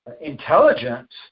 intelligence